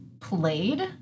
played